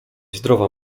zdrowa